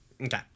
Okay